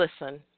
listen